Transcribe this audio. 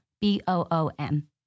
B-O-O-M